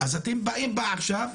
אז אתם באים עכשיו,